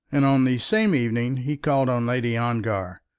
and on the same evening he called on lady ongar.